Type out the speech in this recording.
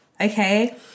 Okay